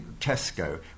Tesco